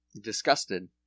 disgusted